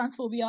transphobia